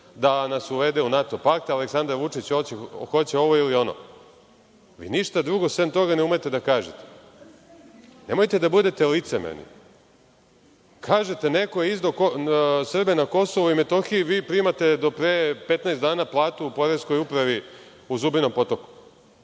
da nas uvede u NATO pakt, Aleksandar Vučić hoće ovo ili ono. Vi ništa drugo sem toga ne umete da kažete. Nemojte da budete licemerni. Kažete – neko je izdao Srbe na Kosovu i Metohiji, a vi primate do pre 15 dana platu u poreskoj upravi u Zubinom Potoku.